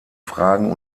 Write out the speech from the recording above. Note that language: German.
fragen